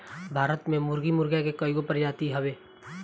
भारत में मुर्गी मुर्गा के कइगो प्रजाति हवे